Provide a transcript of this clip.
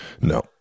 No